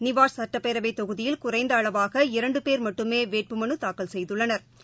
நிவாஷ் சுட்ப்பேரவைத் தொகுதியில் குறைந்தஅளவாக இரண்டுபேர் மட்டுமேவேட்புமனுதாக்கல் செய்துள்ளனா்